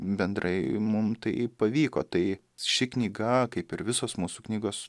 bendrai mum tai pavyko tai ši knyga kaip ir visos mūsų knygos